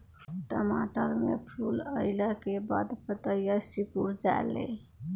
टमाटर में फूल अईला के बाद पतईया सुकुर जाले?